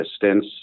distance